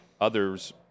Others